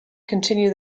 continue